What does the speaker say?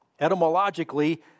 Etymologically